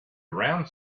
around